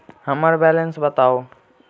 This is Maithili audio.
हम्मर बैलेंस बताऊ